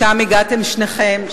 לשם הגעתם שניכם,